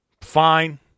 fine